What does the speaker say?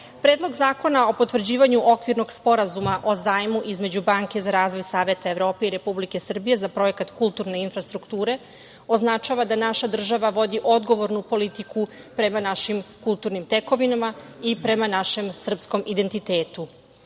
Predlog zakona o potvrđivanju Okvirnog sporazuma o zajmu između Banke za razvoj Saveta Evrope i Republike Srbije za projekat „Kulturne infrastrukture“ označava da naša država vodi odgovornu politiku prema našim kulturnim tekovinama i prema našem srpskom identitetu. Naš